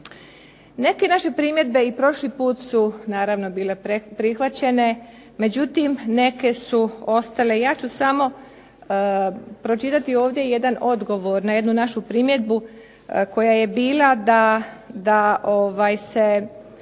Neke naše primjedbe i prošli su put su bile prihvaćene, međutim neke su ostale. Ja ću samo pročitati jedan odgovor na jednu našu primjedbu koja je bila da se